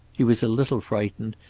he was a little frightened,